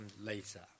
later